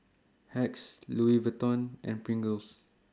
Hacks Louis Vuitton and Pringles